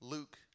Luke